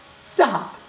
stop